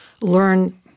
learn